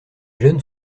jeunes